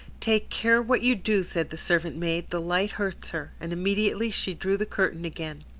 take care what you do, said the servant-maid the light hurts her, and immediately she drew the curtain again.